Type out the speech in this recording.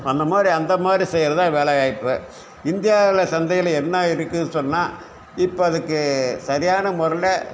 அந்தமாதிரி அந்தமாதிரி செய்கிறது தான் வேலைவாய்ப்பு இந்தியாவில் சந்தையில் என்ன இருக்குன் சொன்னால் இப்போ அதுக்கு சரியான முறையில